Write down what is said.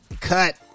Cut